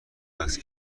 است